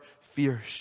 fears